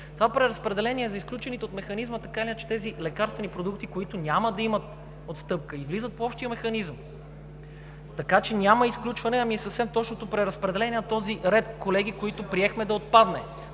това преразпределение за изключените от механизма – така или иначе тези лекарствени продукти, които няма да имат отстъпка, излизат по общия механизъм. Няма изключване, ами е съвсем точното преразпределение на този ред, колеги, който приехме да отпадне.